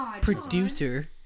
producer